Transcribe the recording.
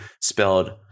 spelled